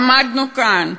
עמדנו כאן,